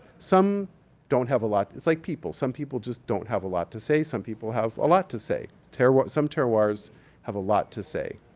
some don't have a lot. it's like people. some people just don't have a lot to say. some people have a lot to say. but some terroirs have a lot to say.